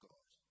God